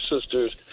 sisters